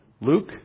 Luke